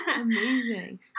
Amazing